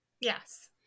yes